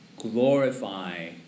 Glorify